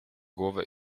głowę